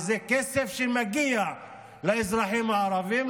זה כסף שמגיע לאזרחים הערבים.